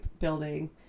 building